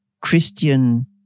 Christian